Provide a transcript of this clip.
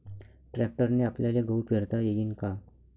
ट्रॅक्टरने आपल्याले गहू पेरता येईन का?